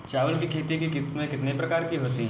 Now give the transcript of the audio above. चावल की खेती की किस्में कितने प्रकार की होती हैं?